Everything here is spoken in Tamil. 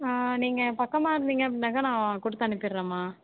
நீங்கள் பக்கமா இருந்தீங்க அப்படின்னாக்கா நான் கொடுத்தனுப்பிட்றேம்மா